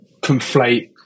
conflate